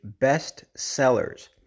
bestsellers